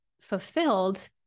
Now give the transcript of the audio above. fulfilled